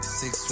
six